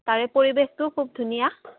তাৰে পৰিৱেশটোও খুব ধুনীয়া